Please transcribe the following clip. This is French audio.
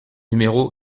numéro